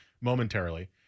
momentarily